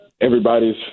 Everybody's